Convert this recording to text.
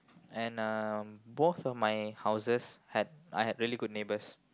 and um both of my houses had I had really good neighbors